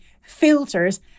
filters